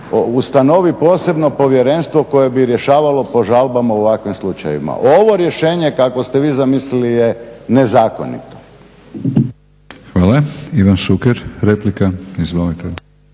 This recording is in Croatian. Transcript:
ustanovi posebno povjerenstvo koje bi rješavalo po žalbama u ovakvim slučajevima. Ovo rješenje kakvo ste vi zamislili je nezakonito. **Batinić, Milorad (HNS)**